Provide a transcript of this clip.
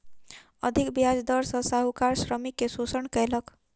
अधिक ब्याज दर सॅ साहूकार श्रमिक के शोषण कयलक